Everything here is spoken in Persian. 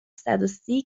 صدوسی